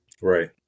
Right